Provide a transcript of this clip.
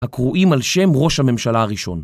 הקרואים על שם ראש הממשלה הראשון.